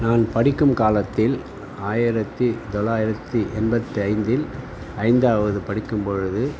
நான் படிக்கும் காலத்தில் ஆயிரத்து தொள்ளாயிரத்து எண்பத்து ஐந்தில் ஐந்தாவது படிக்கும்பொழுது